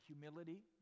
humility